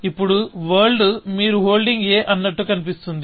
ఇప్పుడు వరల్డ్ మీరు holding a అన్నట్టు కనిపిస్తుంది